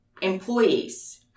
employees